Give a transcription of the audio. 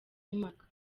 impaka